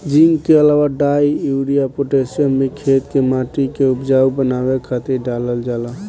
zinc के अलावा डाई, यूरिया, पोटैशियम भी खेते में माटी के उपजाऊ बनावे खातिर डालल जाला